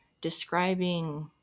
describing